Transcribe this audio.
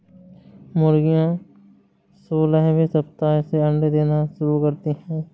मुर्गियां सोलहवें सप्ताह से अंडे देना शुरू करती है